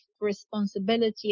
responsibility